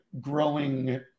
growing